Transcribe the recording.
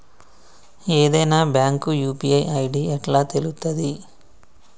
ఏదైనా bank UPI ID ఎట్లా తెలుత్తది?